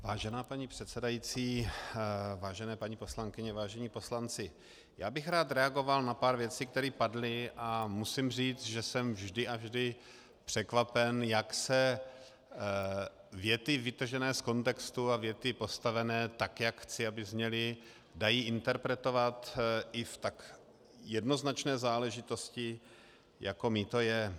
Vážená paní předsedající, vážené paní poslanci, vážení poslanci, rád bych reagoval na pár věcí, které padly, a musím říct, že jsem vždy a vždy překvapen, jak se věty vytržené z kontextu a věty postavené tak, jak chci, dají interpretovat i v tak jednoznačné záležitosti, jakou mýto je.